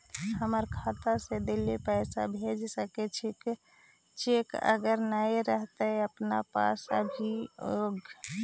हमर खाता से दिल्ली पैसा भेज सकै छियै चेक अगर नय रहतै अपना पास अभियोग?